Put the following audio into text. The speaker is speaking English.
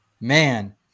Man